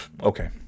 Okay